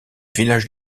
village